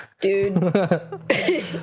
Dude